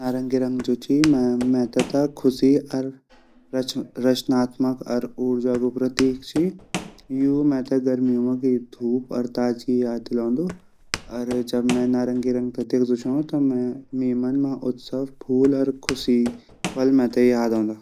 नारंगी रंग जु ची मेते ता ख़ुशी अर रचनात्मक अर ऊर्जा गु प्रतीक ची यु मेते गर्मियों मा भी धुप अर ताज़गी याद दिलांदू अर जब मैं नारंगी रंग ते देख्दु छो ता मेरा मन मा उत्सव फूल अर ख़ुशी पल मेते याद औंदा।